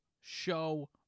show